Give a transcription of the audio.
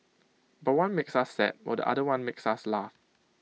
but one makes us sad while the other one makes us laugh